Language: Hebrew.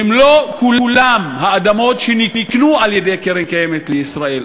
הן לא כולן האדמות שנקנו על-ידי קרן קיימת לישראל.